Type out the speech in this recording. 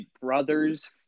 brother's